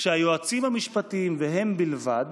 שהיועצים המשפטיים והם בלבד